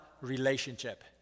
relationship